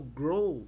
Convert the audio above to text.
grow